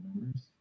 numbers